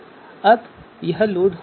अब यह लोड हो गया है